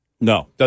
No